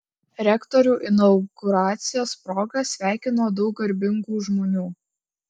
rektorių inauguracijos proga sveikino daug garbingų žmonių